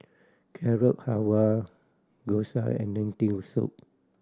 Carrot Halwa Gyoza and Lentil Soup